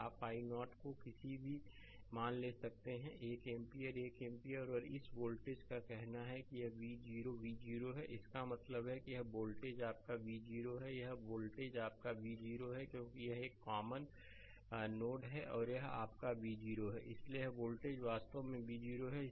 आप i0 को किसी भी मान ले सकते हैं 1 एम्पियर 1 एम्पीयर और इस वोल्टेज का कहना है कि यह V0 V0 है इसका मतलब है कि यह वोल्टेज आपका V0 है यह वोल्टेज आपका V0 है क्योंकि यह एक कॉमन नोड है और यह आपका V0 है इसलिए यह वोल्टेज वास्तव में V0 है